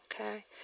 okay